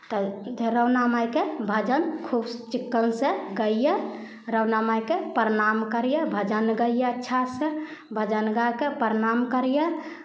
तब इधर राना माइके भजन खूब चिक्कनसँ गइयै राना माइके प्रणाम करियै भजन गैयै अच्छासँ भजन गा कऽ प्रणाम करियै